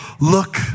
Look